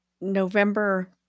November